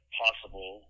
possible